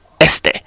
este